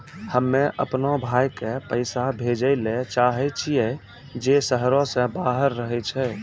हम्मे अपनो भाय के पैसा भेजै ले चाहै छियै जे शहरो से बाहर रहै छै